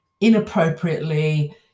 inappropriately